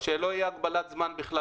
שלא תהיה הגבלת זמן בכלל,